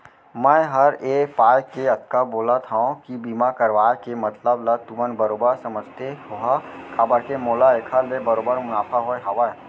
मैं हर ए पाय के अतका बोलत हँव कि बीमा करवाय के मतलब ल तुमन बरोबर समझते होहा काबर के मोला एखर ले बरोबर मुनाफा होय हवय